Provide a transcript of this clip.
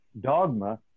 dogma